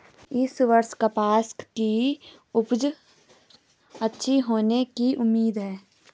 इस वर्ष कपास की उपज अच्छी होने की उम्मीद है